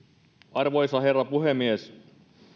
arvoisa herra puhemies